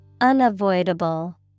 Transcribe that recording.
Unavoidable